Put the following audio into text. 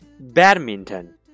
badminton